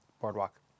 Boardwalk